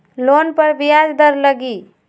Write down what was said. Loan पर ब्याज दर लगी?